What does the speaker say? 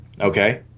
Okay